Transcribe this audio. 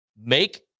Make